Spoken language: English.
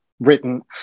written